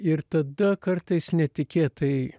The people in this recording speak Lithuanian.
ir tada kartais netikėtai